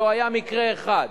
לא היה מקרה אחד